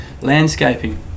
Landscaping